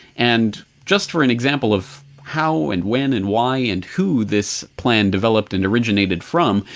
and, just for an example of how and when and why and who this plan developed and originated from,